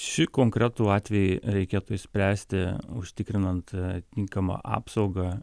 šį konkretų atvejį reikėtų išspręsti užtikrinant tinkamą apsaugą